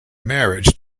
marriage